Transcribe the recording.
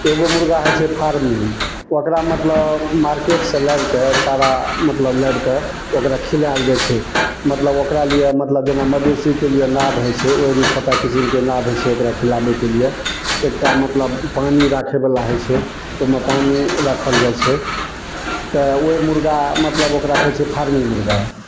एगो मुर्गा होइ छै फार्ममे ओकरा मतलब मार्केटसँ लाबिके चारा मतलब लाबि कऽ खिलाएल जाइत छै मतलब ओकरा लिए मतलब जेना मवेशीके लिए नाद होइत छै ओहिमे छोटा किसिमके नाद होइ छै ओकरा खिलाबैके लिए एकटा मतलब पानि राखै बला होइ छै ओहिमे पानि राखल जाइत छै तऽ ओहि मुर्गा मतलब ओकरा कहै छै फार्मी मुर्गा